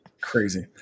crazy